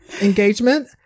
engagement